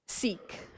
seek